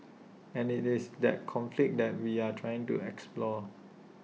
and IT is that conflict that we are trying to explore